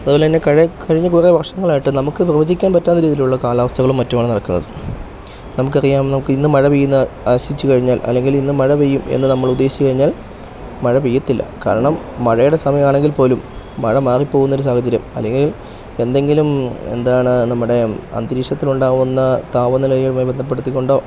അതുപോലെ തന്നെ കഴിഞ്ഞ കഴിഞ്ഞ കുറെ വർഷങ്ങളായിട്ട് നമുക്ക് പ്രവചിക്കാൻ പറ്റാത്ത രീതിയിലുള്ള കാലാവസ്ഥകളും മറ്റുമാണ് നടക്കുന്നത് നമുക്ക് അറിയാവുന്ന നമുക്ക് ഇന്ന് മഴ പെയ്യുന്ന ആശിച്ച് കഴിഞ്ഞാൽ അല്ലെങ്കിൽ ഇന്ന് മഴ പെയ്യും എന്ന് നമ്മൾ ഉദ്ദേശിച്ച് കഴിഞ്ഞാൽ മഴ പെയ്യത്തില്ല കാരണം മഴയുടെ സമയാണെങ്കിൽ പോലും മഴ മാറി പോകുന്ന ഒരു സാഹചര്യം അല്ലെങ്കിൽ എന്തെങ്കിലും എന്താണ് നമ്മുടെ അന്തരീക്ഷത്തിൽ ഉണ്ടാവുന്ന താവനിലുമായി ബന്ധപ്പെടുത്തിക്കൊണ്ടോ